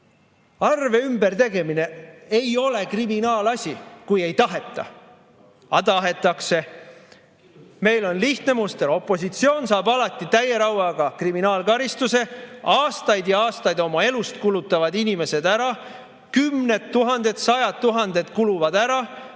Arve ümbertegemine ei ole kriminaalasi, kui ei taheta [seda nii näha]. Aga tahetakse. Meil on lihtne muster: opositsioon saab alati täie rauaga kriminaalkaristuse. Aastaid ja aastaid oma elust kulutavad inimesed ära, kümned tuhanded ja sajad tuhanded kuluvad ära,